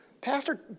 pastor